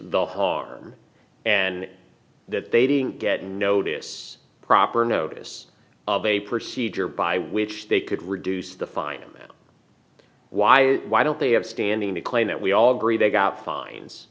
the harm and that they didn't get notice proper notice of a procedure by which they could reduce the fine why why don't they have standing to claim that we all agree they got fines